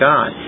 God